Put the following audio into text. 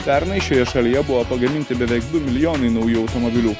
pernai šioje šalyje buvo pagaminti beveik du milijonai naujų automobilių